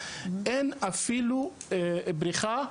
ואין להם בריכה.